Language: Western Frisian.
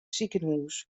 sikehûs